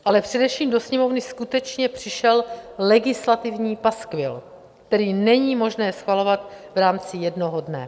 Ale především do Sněmovny skutečně přišel legislativní paskvil, který není možné schvalovat v rámci jednoho dne.